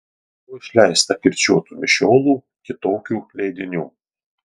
buvo išleista kirčiuotų mišiolų kitokių leidinių